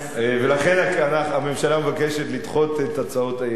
ולכן הממשלה מבקשת לדחות את הצעות האי-אמון.